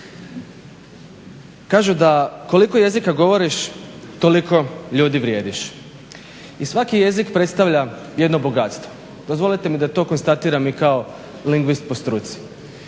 Kažu da koliko jezika govoriš toliko ljudi vrijediš. I svaki jezik predstavlja jedno bogatstvo. Dozvolite mi da to konstatiram i kao lingvist po struci.